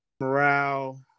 Morale